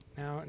now